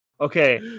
Okay